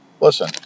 listen